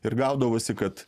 ir gaudavosi kad